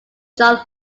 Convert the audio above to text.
john